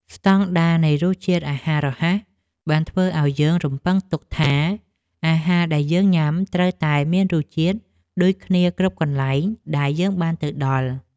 ស្តង់ដារនៃរសជាតិអាហាររហ័សបានធ្វើឲ្យយើងរំពឹងទុកថាអាហារដែលយើងញ៉ាំត្រូវតែមានរសជាតិដូចគ្នាគ្រប់កន្លែងដែលយើងបានទៅដល់។